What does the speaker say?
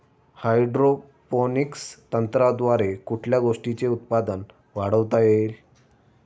Hydroponics तंत्रज्ञानाद्वारे कुठल्या गोष्टीचे उत्पादन वाढवता येईल?